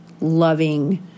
loving